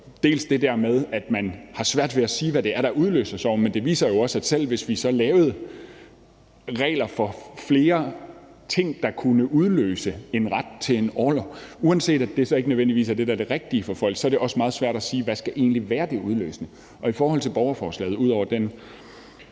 jo det med, at man har svært ved at sige, hvad det er, der udløser sorgen, men det viser også, at selv hvis vi så lavede regler for flere ting, der kunne udløse en ret til en orlov, uanset at det så ikke nødvendigvis er det, der er det rigtige for folk, er det også meget svært at sige, hvad det udløsende egentlig skal være. Ud over den